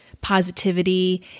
positivity